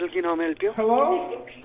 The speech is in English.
Hello